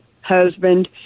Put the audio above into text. husband